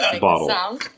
bottle